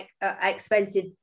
expensive